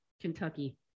kentucky